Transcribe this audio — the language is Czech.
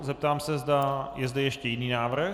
Zeptám se, zda je zde ještě jiný návrh.